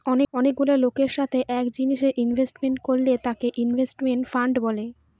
অনেকগুলা লোকের সাথে এক জিনিসে ইনভেস্ট করলে তাকে ইনভেস্টমেন্ট ফান্ড বলে